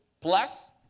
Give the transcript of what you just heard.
plus